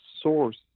source